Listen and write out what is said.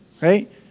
right